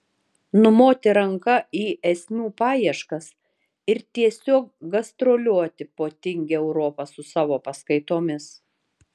numoti ranka į esmių paieškas ir tiesiog gastroliuoti po tingią europą su savo paskaitomis